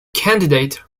candidate